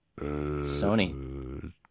Sony